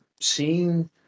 Seeing